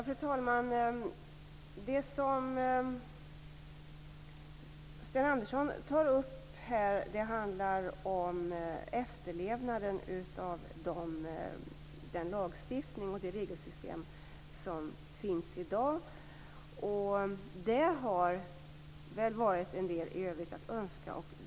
Fru talman! Det som Sten Andersson tar upp handlar om efterlevnaden av den lagstiftning och det regelsystem som finns i dag. Där har väl varit en del i övrigt att önska.